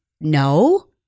no